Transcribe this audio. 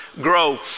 grow